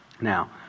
Now